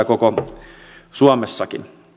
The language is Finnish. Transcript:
koko suomessa